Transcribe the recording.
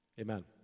Amen